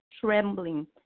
trembling